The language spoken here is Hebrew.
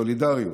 סולידריות.